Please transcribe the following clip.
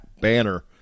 Banner